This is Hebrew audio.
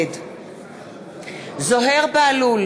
נגד זוהיר בהלול,